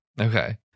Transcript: Okay